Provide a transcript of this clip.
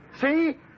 See